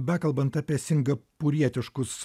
bekalbant apie singapūrietiškus